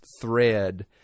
thread